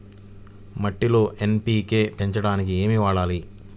మట్టిలో ఎన్.పీ.కే పెంచడానికి ఏమి వాడాలి?